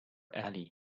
ali